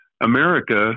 America